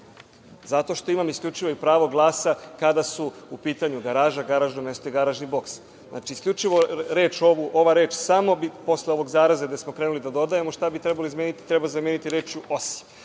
zato što imam isključivo i pravo glasa kada su u pitanju garaža, garažno mesto i garažni boks. Znači, isključivo ova reč samo bi posle ovog zareza gde smo krenuli da dodajemo šta bi trebalo zameniti, treba zameniti reč – osim